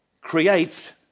creates